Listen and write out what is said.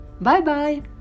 Bye-bye